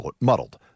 muddled